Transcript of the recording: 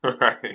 Right